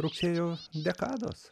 rugsėjo dekados